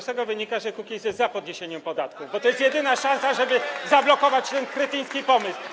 Z tego wynika, że Kukiz’15 jest za podniesieniem podatków, bo to jest jedyna szansa, żeby zablokować ten kretyński pomysł.